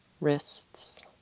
wrists